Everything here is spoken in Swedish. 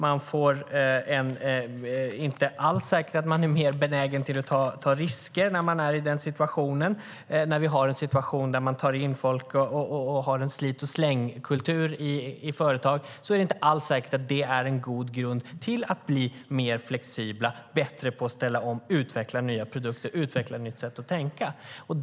Det är inte alls säkert att man är mer benägen att ta risker när man är i den situationen. När vi har en situation där folk tas in och man har en slit-och-släng-kultur i företag är det inte alls säkert att det är en god grund för att de ska bli mer flexibla och bättre på att ställa om, att utveckla nya produkter och att utveckla ett nytt sätt att tänka.